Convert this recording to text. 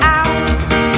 out